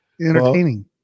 entertaining